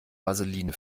vaseline